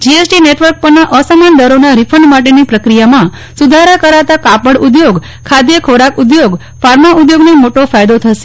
GST network પરના અસમાન દરો ના રીફંડ માટેની પ્રક્રિયામાં સુધારા કરતા કાપડ ઉદ્યોગ ખાદ્ય ખોરાક ફાર્મા ઉદ્યોગને મોટો ફાયદો થશે